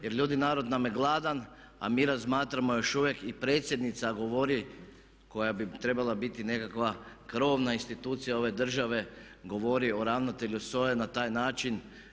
Jer ljudi narod nam je gladan, a mi razmatramo još uvijek i predsjednica govori koja bi trebala biti nekakva krovna institucija ove države govori o ravnatelju SOA-e na taj način.